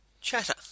chatter